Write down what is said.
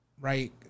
Right